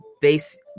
base